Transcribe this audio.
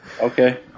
Okay